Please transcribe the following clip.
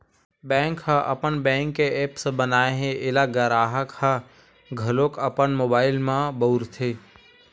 bank ह अपन bank के ऐप्स बनाए हे एला गराहक ह घलोक अपन मोबाइल म बउरथे